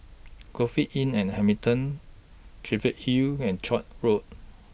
Inn and Hamilton Cheviot Hill and Koek Road